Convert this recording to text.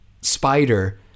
spider